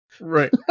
Right